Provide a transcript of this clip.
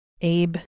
Abe